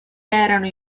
erano